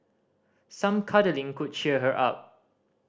some cuddling could cheer her up